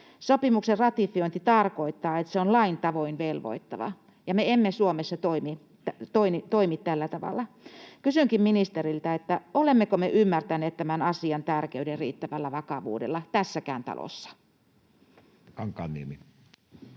Sopimuksen ratifiointi tarkoittaa, että se on lain tavoin velvoittava, ja me emme Suomessa toimi tällä tavalla. Kysynkin ministeriltä: olemmeko me ymmärtäneet tämän asian tärkeyden riittävällä vakavuudella tässäkään talossa?